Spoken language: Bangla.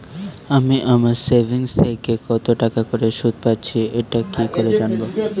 আমি আমার সেভিংস থেকে কতটাকা করে সুদ পাচ্ছি এটা কি করে জানব?